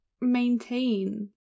maintain